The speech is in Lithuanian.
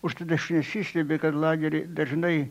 užtat aš nesistebiu kad lagery dažnai